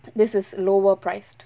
this is lower priced